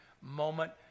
moment